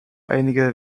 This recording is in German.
einige